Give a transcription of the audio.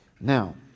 Now